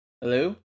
hello